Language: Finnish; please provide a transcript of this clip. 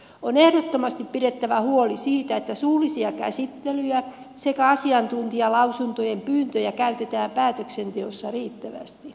on ehdottomasti pidettävä huoli siitä että suullisia käsittelyjä sekä asiantuntijalausuntopyyntöjä käytetään päätöksenteossa riittävästi